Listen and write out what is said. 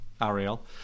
Ariel